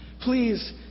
Please